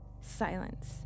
silence